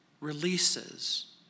releases